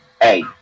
hey